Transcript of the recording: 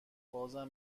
بازم